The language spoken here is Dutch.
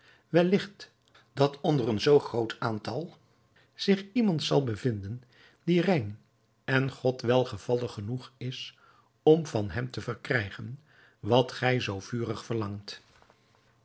welligt dat onder een zoo groot aantal zich iemand zal bevinden die rein en god welgevallig genoeg is om van hem te verkrijgen wat gij zoo vurig verlangt